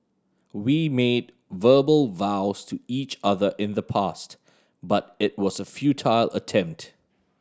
we made verbal vows to each other in the past but it was a futile attempt